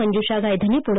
Manjusha Gaydhani Pune